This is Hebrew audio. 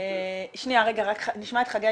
נשמע את ד"ר חגי